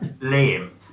lame